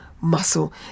muscle